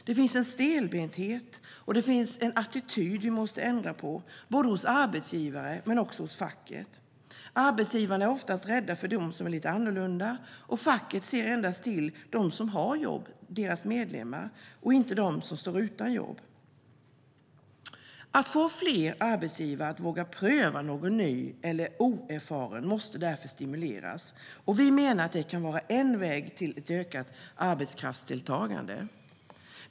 Det finns en stelbenthet och en attityd vi måste ändra på både hos arbetsgivare och hos facket. Arbetsgivarna är oftast rädda för dem som är lite annorlunda, och facket ser endast till dem som har jobb - deras medlemmar - och inte till dem som står utan jobb. Man måste stimulera fler arbetsgivare att våga pröva någon ny eller oerfaren. Vi menar att det kan vara en väg till ett ökat arbetskraftsdeltagande.